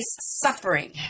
suffering